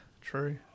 True